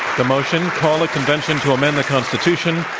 the motion, call a convention to amend the constitution.